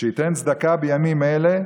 "וכשייתן צדקה בימים אלה"